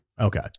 Okay